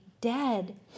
dead